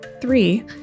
Three